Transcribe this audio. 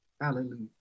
hallelujah